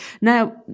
Now